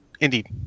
Indeed